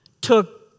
took